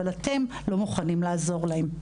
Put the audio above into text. אבל אתם לא מוכנים לעזור להם.